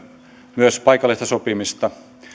myös paikallista sopimista